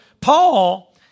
Paul